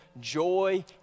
joy